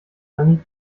granit